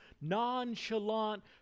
nonchalant